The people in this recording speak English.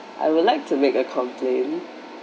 I would like to make a complain